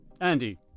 Andy